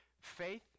Faith